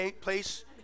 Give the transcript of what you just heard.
place